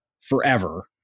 forever